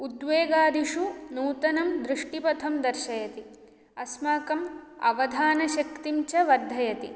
उद्वेगादिषु नूतनं दृष्टिपथं दर्शयति अस्माकम् अवधानशक्तिञ्च वर्धयति